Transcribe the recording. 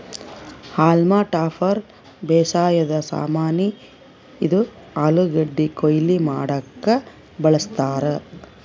haulm topper ಬೇಸಾಯದ್ ಸಾಮಾನಿ, ಇದು ಆಲೂಗಡ್ಡಿ ಕೊಯ್ಲಿ ಮಾಡಕ್ಕ್ ಬಳಸ್ತಾರ್